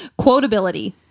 Quotability